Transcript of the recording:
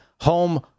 home